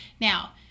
now